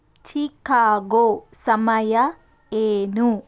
Chicago ಸಮಯ ಏನು